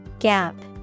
Gap